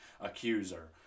accuser